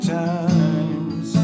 times